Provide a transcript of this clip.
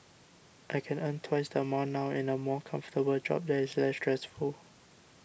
I can earn twice the amount now in a more comfortable job that is less stressful